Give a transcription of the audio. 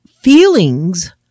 feelings